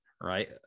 right